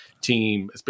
team